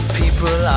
people